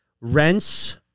rents